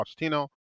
Pochettino